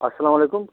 اسلام علیکُم